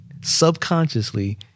subconsciously